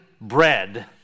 bread